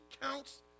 counts